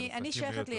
אני מתנצל.